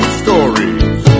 stories